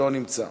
לא נמצא.